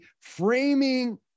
framing